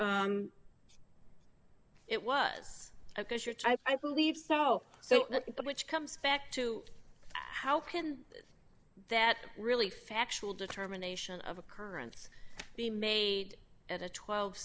ruling it was because your type i believe so so which comes back to how can that really factual determination of occurrence be made at a twelve